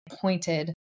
pointed